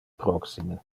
proxime